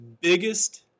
biggest